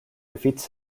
defeats